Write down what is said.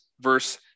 verse